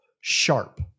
sharp